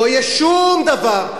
לא יהיה שום דבר.